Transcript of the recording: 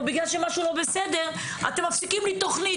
או בגלל שמשהו לא בסדר אתם מפסיקים לי תכנית".